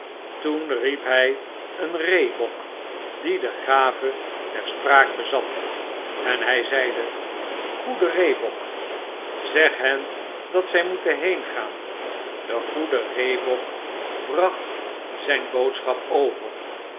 toen riep hy een eeebok die de gave der spraak bezat en hij zeide goede eeebok zeg hen datzijmoeteii heengaan de goede eeebok bracht zijn boodschap over